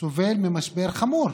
סובל ממשבר חמור.